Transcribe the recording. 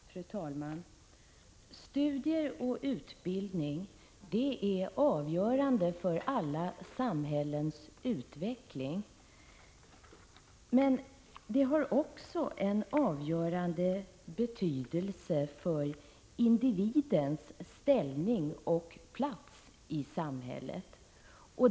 Fru talman! Studier och utbildning är avgörande för alla samhällens utveckling, men har också en avgörande betydelse för individens ställning och plats i samhället.